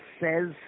says